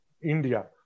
India